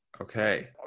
Okay